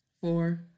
Four